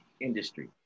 industry